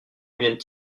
viennent